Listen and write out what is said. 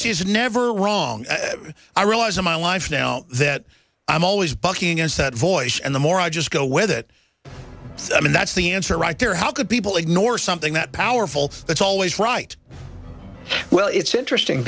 why he's never were wrong i realize in my life now that i'm always bucking and that voice and the more i just go with it i mean that's the answer right there how could people ignore something that powerful that's always right well it's interesting